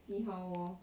see how lor